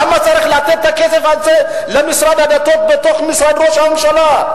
למה צריך לתת את הכסף הזה למשרד הדתות בתוך משרד ראש הממשלה?